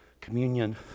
communion